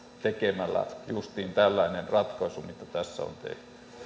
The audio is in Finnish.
tekemällä justiin tällaisen ratkaisun mitä tässä on tehty